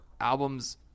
albums